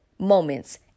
moments